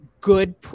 good